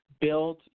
build